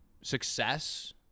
success